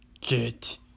Get